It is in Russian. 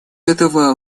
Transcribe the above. этого